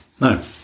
No